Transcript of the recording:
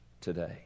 today